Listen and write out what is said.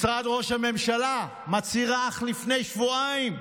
משרד ראש הממשלה מצהיר אך לפני שבועיים: